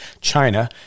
China